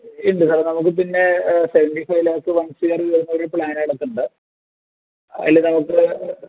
ഉണ്ട് സാറെ നമുക്ക് പിന്നെ seventy five lakh one C R വരുന്നൊരു പ്ലാനതിനകത്ത് ഉണ്ട് അതിൽ നമുക്ക്